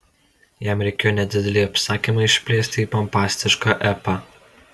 jam reikėjo nedidelį apsakymą išplėsti į pompastišką epą